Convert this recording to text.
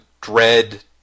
dread